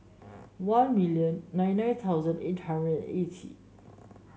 one million nine nine thousand eight hundred and eighty